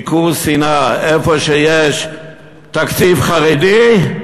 דיקור סיני, איפה שיש תקציב חרדי,